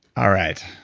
all right.